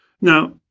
Now